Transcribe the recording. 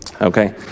okay